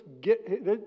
get